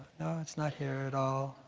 no, it's not here at all.